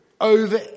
over